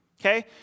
Okay